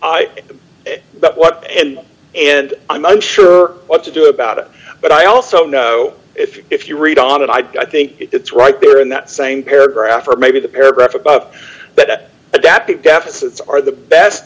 but what and and i'm unsure what to do about it but i also know if you if you read on and i think it's right there in that same paragraph or maybe the paragraph above that adaptive deficits are the best